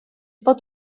pot